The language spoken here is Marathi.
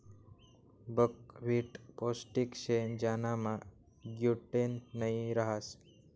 बकव्हीट पोष्टिक शे ज्यानामा ग्लूटेन नयी रहास